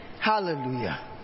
Hallelujah